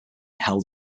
held